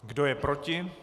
Kdo je proti?